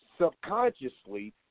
subconsciously